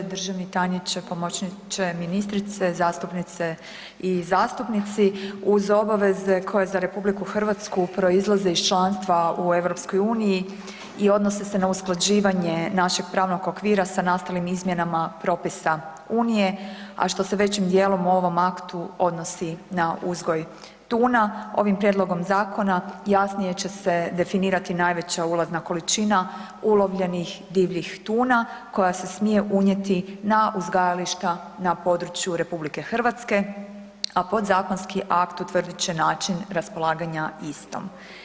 Državni tajniče, pomoćniče ministrice, zastupnice i zastupnice uz obaveze koje za RH proizlaze iz članstva u EU i odnose se na usklađivanje našeg pravnog okvira sa nastalim izmjenama propisa unije, a što se većim dijelom u ovom aktu odnosi na uzgoj tuna, ovim prijedlogom zakona jasnije će se definirati najveća ulazna količina ulovljenih divljih tuna koja s smije unijeti na uzgajališta na području RH, a podzakonski akt utvrdit će način raspolaganja istom.